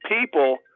people